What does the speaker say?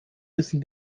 wissen